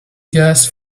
gas